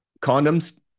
condoms